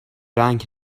رنگ